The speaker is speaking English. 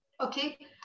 Okay